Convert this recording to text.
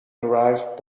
arrived